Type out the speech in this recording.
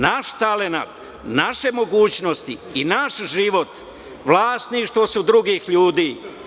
Naš talenat, naše mogućnosti i naš život vlasništvo su drugih ljudi.